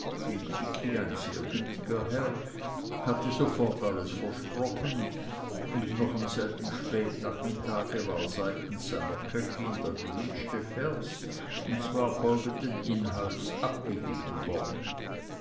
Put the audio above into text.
sehr gütiger herr hatte sofort alles versprochen und noch am selben spätnachmittag war seitens seiner köchin der gewünschte vers und zwar folgenden inhalts abgegeben worden